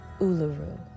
Uluru